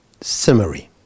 Summary